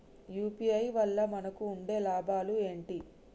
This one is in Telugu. యూ.పీ.ఐ వల్ల మనకు ఉండే లాభాలు ఏంటి?